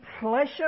pleasure